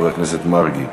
חבר הכנסת מרגי.